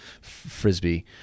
frisbee